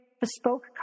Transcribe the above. bespoke